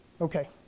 Okay